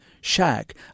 shack